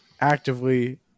actively